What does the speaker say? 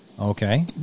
Okay